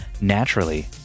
Naturally